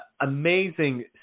amazing